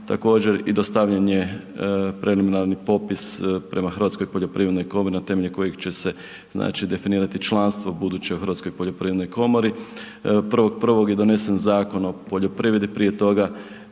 Također, i ostavljen je preliminarni popis prema Hrvatskoj poljoprivrednoj komori na temelju kojeg će se definirati članstvo buduće u HPK-u. 1.1. je donesen Zakon o poljoprivredi, prije toga